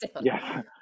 yes